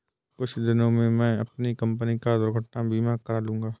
कुछ दिनों में मैं अपनी कंपनी का दुर्घटना बीमा करा लूंगा